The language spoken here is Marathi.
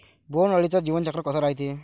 बोंड अळीचं जीवनचक्र कस रायते?